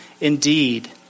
indeed